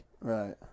Right